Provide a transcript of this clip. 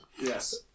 Yes